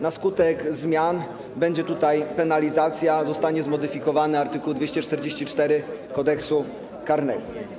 Na skutek zmian będzie tutaj penalizacja, zostanie zmodyfikowany art. 244 Kodeksu karnego.